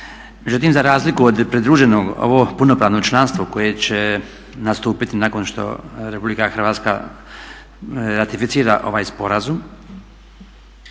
Međutim za razliku od pridruženog ovo punopravno članstvo koje će nastupiti nakon što Republika Hrvatska ratificira ovaj sporazum.